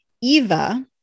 eva